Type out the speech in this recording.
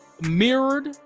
mirrored